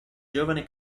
giovane